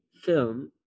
film